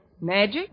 Magic